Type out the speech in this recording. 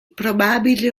probabile